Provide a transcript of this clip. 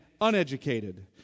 uneducated